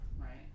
Right